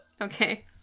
Okay